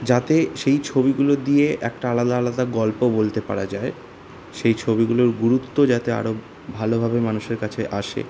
যাতে সেই ছবিগুলো দিয়ে একটা আলাদা আলাদা গল্প বলতে পারা যায় সেই ছবিগুলোর গুরুত্ব যাতে আরও ভালোভাবে মানুষের কাছে আসে